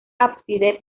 ábside